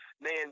man